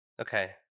Okay